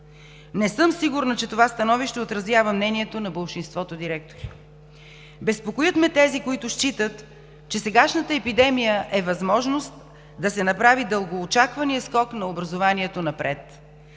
Не съм сигурна, че това становище отразява мнението на болшинството директори. Безпокоят ме тези, които считат, че сегашната епидемия е възможност да се направи дългоочаквания скок на образованието напред.